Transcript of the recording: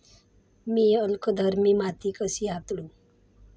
मी अल्कधर्मी माती कशी हाताळू?